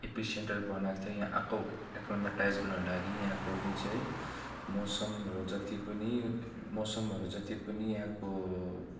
epicentre बनाएको थियो यहाँ एक्रोमाटाइज गर्नु लागि यहाँको जुन चाहिँ मौसमहरू जति पनि मौसमहरू जति पनि यहाँको